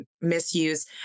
misuse